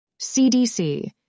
CDC